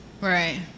Right